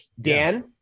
Dan